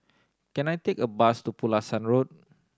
can I take a bus to Pulasan Road